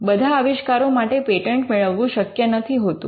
બધા આવિષ્કારો માટે પેટન્ટ મેળવવું શક્ય નથી હોતું